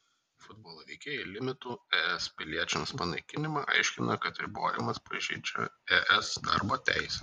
futbolo veikėjai limitų es piliečiams panaikinimą aiškino kad ribojimas pažeidžią es darbo teisę